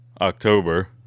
October